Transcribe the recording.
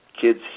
kids